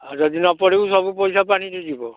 ଆଉ ଯଦି ନ ପଢ଼ିବୁ ସବୁ ପଇସା ପାଣିରେ ଯିବ